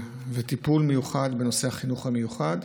וטיפול מיוחד בנושא החינוך המיוחד.